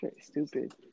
Stupid